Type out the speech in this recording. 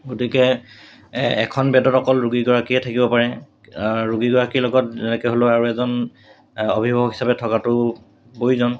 গতিকে এখন বেডত অকল ৰোগীগৰাকীয়ে থাকিব পাৰে ৰোগীগৰাকীৰ লগত এনেকে হ'লেও আৰু এজন অভিভাৱক হিচাপে থকাটো প্ৰয়োজন